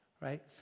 Right